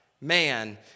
man